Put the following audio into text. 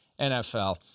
NFL